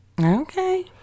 Okay